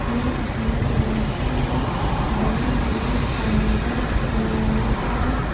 اپنے اپنے علاقوں میں بڑے بڑے فلائی اوورس بنوائے اور